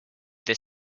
the